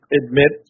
admit